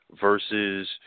versus